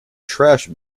trash